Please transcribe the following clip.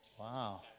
Wow